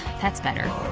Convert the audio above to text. that's better.